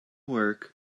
work